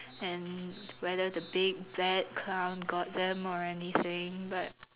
and whether the big bad clown got them or anything but